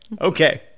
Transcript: Okay